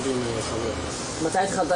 אפרופו בני נוער ועם מה הם מתחילים.